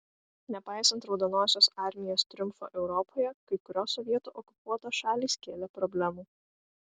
nepaisant raudonosios armijos triumfo europoje kai kurios sovietų okupuotos šalys kėlė problemų